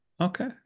Okay